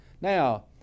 Now